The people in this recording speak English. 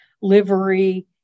Livery